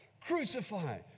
Crucify